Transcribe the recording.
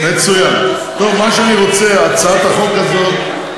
יש הצעות קונקרטיות?